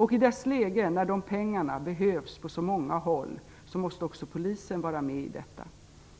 I dagens läge, när de pengarna behövs på så många håll, måste också polisen vara med häri.